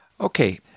Okay